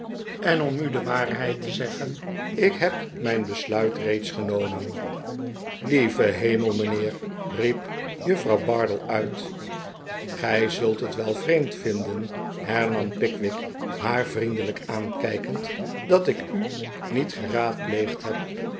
en om u de waarheid te zeggen ik heb mijn besluit reeds genomen lieve hemel mijnheer riep juffrouw bardell uit gij zult het wel vreemd vinden hernam pickwick haar vriendelijk aankijkend dat ik u niet geraadpleegd heb